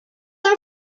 are